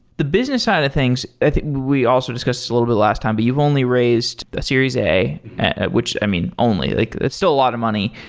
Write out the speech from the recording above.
the business side of things, we also discussed this a little bit last time, but you've only raised a series a, which i mean only. like that's still a lot of money.